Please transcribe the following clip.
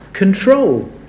Control